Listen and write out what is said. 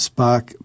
Spark